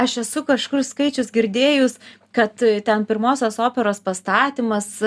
aš esu kažkur skaičius girdėjus kad ten pirmosios operos pastatymas